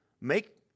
Make